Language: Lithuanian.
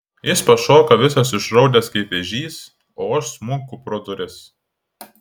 jis pašoka visas išraudęs kaip vėžys o aš smunku pro duris